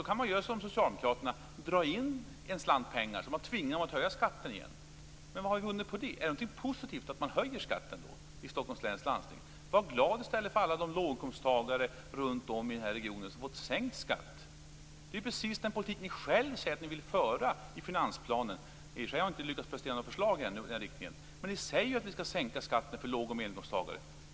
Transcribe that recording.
Då kan man göra som socialdemokraterna och dra in en slant pengar, så att man tvingar dem att höja skatten igen. Men vad har vi vunnit på det? Är det någonting positivt att Stockholms läns landsting då höjer skatten? Var i stället glad för alla de låginkomsttagare runtom i denna region som fått sänkt skatt. Det är precis den politik ni själva skriver att ni vill föra i finansplanen. I och för sig har ni ännu inte lyckats prestera något förslag i den riktningen, men ni säger att vi skall sänka skatten för låg och medelinkomsttagare.